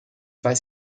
weiß